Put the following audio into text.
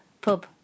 pub